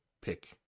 pick